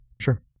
Sure